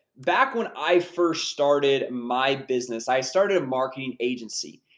back when i first started my business, i started a marketing agency.